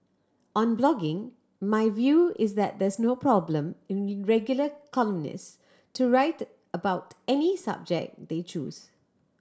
on blogging my view is that there's no problem in regular columnist to write about any subject they choose